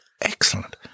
excellent